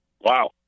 Wow